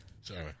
Sorry